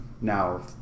now